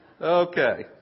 Okay